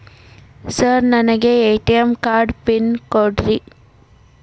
Sir ನನಗೆ ATM card PIN ಕೊಡ್ರಿ?